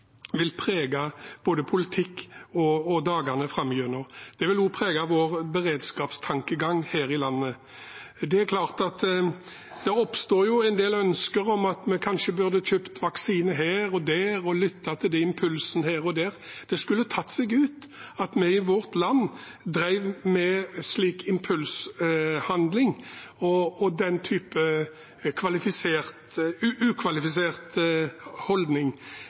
vil prege både politikk og dagene framover. Det vil også prege vår beredskapstankegang her i landet. Det er klart at det oppstår en del ønsker om at vi kanskje burde kjøpt vaksiner her og der og lyttet til impulser her og der, men det skulle tatt seg ut at vi i vårt land drev med slik impulshandling og den type ukvalifisert holdning.